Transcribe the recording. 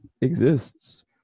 exists